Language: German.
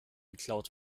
geklaut